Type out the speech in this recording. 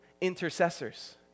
intercessors